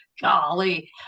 Golly